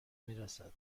میرسد